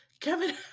Kevin